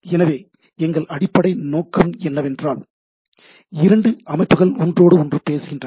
எனவே எங்கள் அடிப்படை நோக்கம் என்னவென்றால் இரண்டு அமைப்புகள் ஒன்றோடொன்று பேசுகின்றன